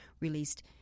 released